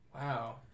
Wow